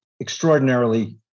extraordinarily